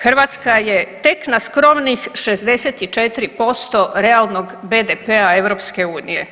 Hrvatska je tek na skromnih 64% realnog BDP-a EU.